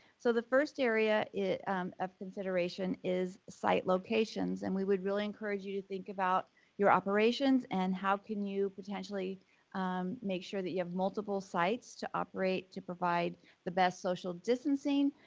so, the first area of consideration is site locations and we would really encourage you to think about your operations and how can you potentially make sure that you have multiple sites to operate to provide the best social distancing,